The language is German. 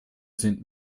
sind